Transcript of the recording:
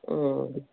ಹ್ಞೂ